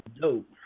dope